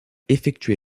effectué